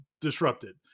disrupted